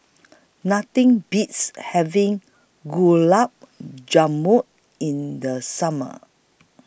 Nothing Beats having Gulab Jamun in The Summer